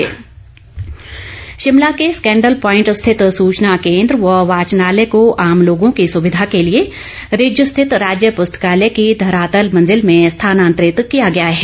स्थानांतरित शिमला के Scandal Point स्थित सूचना केन्द्र व वाचनालय को आम लोगों की सुविधा के लिए रिज स्थित राज्य पुस्तकालय की धरातल मंजिल में स्थानांतरित किया गया है